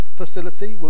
facility